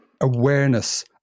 awareness